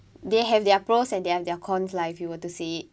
they have their pros and they have their cons lah if you want to say it